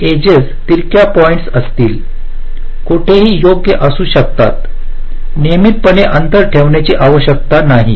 काही एजेस तिरक्या पॉईंट्चा असतील कुठेही योग्य असू शकतात नियमितपणे अंतर ठेवण्याची आवश्यकता नाही